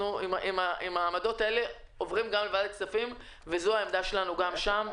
עם העמדות האלה אנחנו עוברים גם לוועדת הכספים וזו העמדה שלנו גם שם.